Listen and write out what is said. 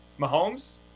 Mahomes